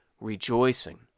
rejoicing